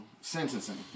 sentencing